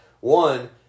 one